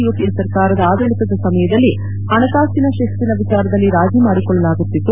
UPA ಸರ್ಕಾರದ ಆಡಳಿತದ ಸಮಯದಲ್ಲಿ ಹಣಕಾಸಿನ ಶಿಸ್ತಿನ ವಿಚಾರದಲ್ಲಿ ರಾಜಿ ಮಾಡಿಕೊಳ್ಳಲಾಗುತ್ತಿತ್ತು